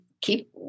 keep